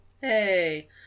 Hey